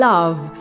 Love